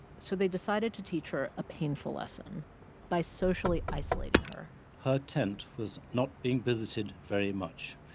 so they decided to teach her a painful lesson by socially isolating her her tent was not being visited very much.